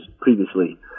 previously